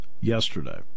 yesterday